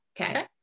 Okay